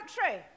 country